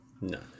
No